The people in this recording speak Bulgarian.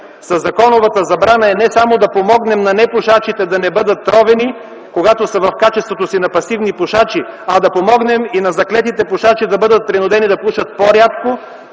със законовата забрана е не само да помогнем на непушачите да не бъдат тровени, когато са в качеството си на пасивни пушачи, а да помогнем и на заклетите пушачи да бъдат принудени да пушат по-рядко,